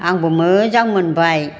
आंबो मोजां मोनबाय